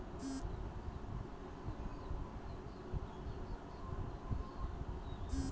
ती मौक तीस जीएसएम वाला काग़ज़ दे ते हैय्